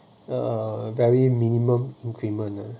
uh very minimum equipment